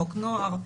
חוק נוער,